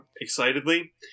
excitedly